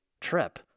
trip